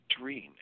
dream